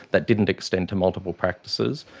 that didn't extend to multiple practices.